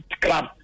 Club